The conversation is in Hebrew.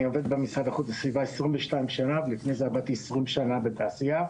אני עובד במשרד לאיכות הסביבה 22 שנה ולפני זה עבדתי 20 שנה בתעשייה,